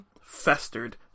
festered